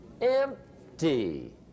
empty